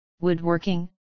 woodworking